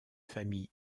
famille